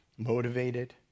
motivated